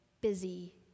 busy